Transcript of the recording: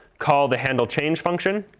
call the handle change function.